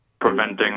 preventing